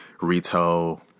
retail